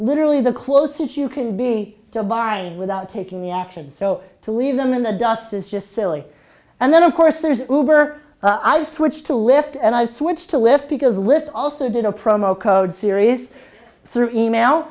literally the closest you can be to bind without taking the action so to leave them in the dust is just silly and then of course there's uber i switched to lift and i switched to lift because list also did a promo code serious through email